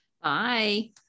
Bye